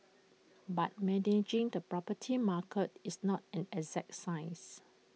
but managing the property market is not an exact science